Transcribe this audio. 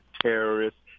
terrorists